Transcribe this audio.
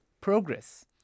progress